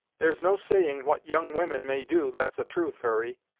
there's no saying what young women may do, that's a truth, hurry,